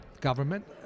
government